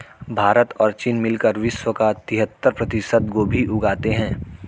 भारत और चीन मिलकर विश्व का तिहत्तर प्रतिशत गोभी उगाते हैं